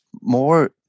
more